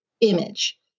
image